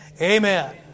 amen